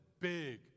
big